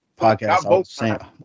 podcast